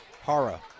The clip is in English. Hara